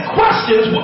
questions